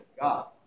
God